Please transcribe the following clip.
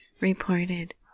reported